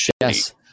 Yes